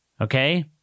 Okay